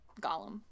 Gollum